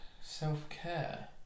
Self-care